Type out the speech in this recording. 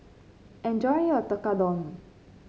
enjoy your Tekkadon